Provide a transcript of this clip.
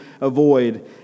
avoid